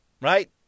right